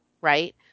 right